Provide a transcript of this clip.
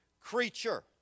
creature